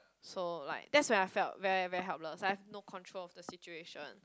so like there's when I felt very very helpless I have no control of the situation